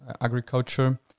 agriculture